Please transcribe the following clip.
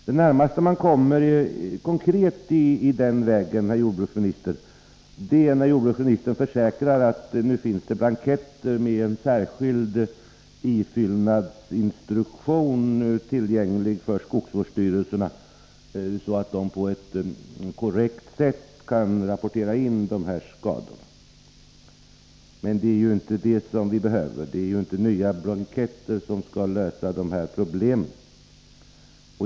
Det närmaste man kommer konkret i den vägen, herr jordbruksminister, är när jordbruksministern försäkrar att det nu finns blanketter med särskild ifyllnadsinstruktion tillgänglig för skogsvårdsstyrelserna så att de på ett korrekt sätt kan rapportera in dessa skador. Men det är inte detta vi behöver. Det är inte nya blanketter som skall lösa dessa problem.